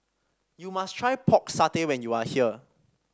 you must try Pork Satay when you are here